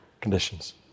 conditions